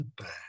back